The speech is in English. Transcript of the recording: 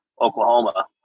Oklahoma